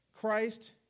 Christ